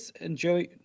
enjoy